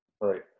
Right